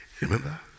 Remember